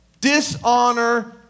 Dishonor